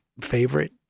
favorite